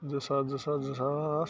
زٕ ساس زٕ ساس زٕ ساس